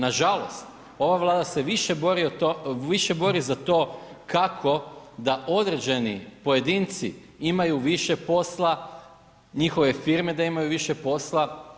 Nažalost ova Vlada se više bori za to kako da određeni pojedinci imaju više posla, njihove firme da imaju više posla.